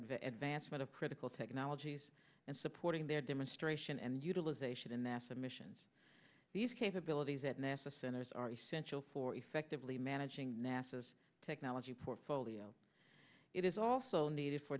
of advancement of critical technologies and supporting their demonstration and utilization and nasa missions these capabilities at nasa centers are essential for effectively managing nasa as technology portfolio it is also needed for